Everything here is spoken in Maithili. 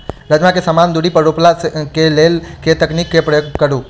राजमा केँ समान दूरी पर रोपा केँ लेल केँ तकनीक केँ प्रयोग करू?